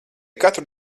katru